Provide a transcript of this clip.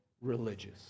religious